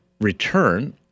return